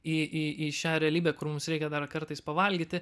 į į į šią realybę kur mums reikia dar kartais pavalgyti